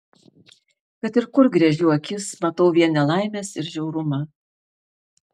kad ir kur gręžiu akis matau vien nelaimes ir žiaurumą